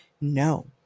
no